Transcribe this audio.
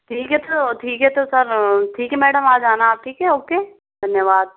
ठीक है तो ठीक है तो सर ठीक है मैडम आ जाना आप ठीक है ओके धन्यवाद